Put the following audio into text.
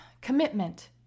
commitment